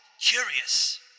curious